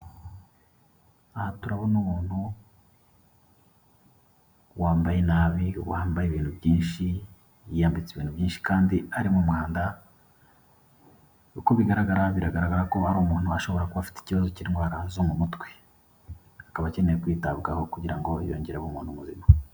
Aha turabona umuntu wambaye nabi, wambaye ibintu byinshi, yiyambitse ibintu byinshi, kandi ari mu mwanda, uko bigaragara, bigaragara ko hari umuntu ashobora kuba afite ikibazo cy'indwara zo mu mutwe, akaba akeneye kwitabwaho, kugira ngo yongere abe umuntu muzima.